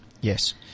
Yes